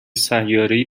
سیارهای